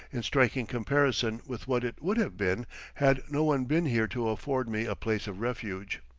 in striking comparison with what it would have been had no one been here to afford me a place of refuge.